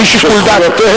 בלי שיקול דעת.